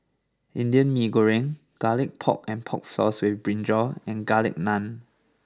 Indian Mee Goreng Garlic Pork and Pork Floss with Brinjal and Garlic Naan